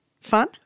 fun